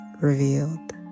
revealed